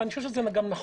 אני חושב שזה נכון,